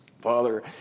Father